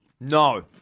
No